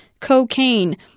cocaine